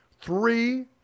three